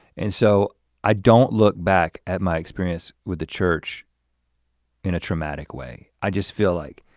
and so i don't look back at my experience with the church in a traumatic way. i just feel like,